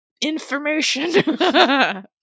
information